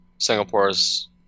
Singapore's